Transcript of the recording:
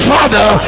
Father